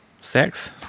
sex